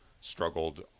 struggled